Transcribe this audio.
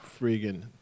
friggin